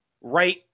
right